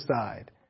side